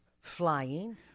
flying